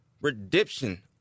Redemption